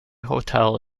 hotel